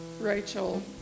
Rachel